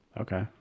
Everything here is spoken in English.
Okay